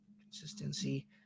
consistency